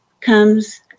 comes